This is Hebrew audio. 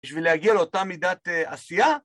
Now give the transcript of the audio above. בשביל להגיע לאותה מידת עשייה